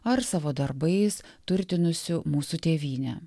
ar savo darbais turtinusių mūsų tėvynę